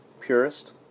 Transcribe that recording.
purist